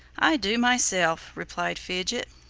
i do myself, replied fidget.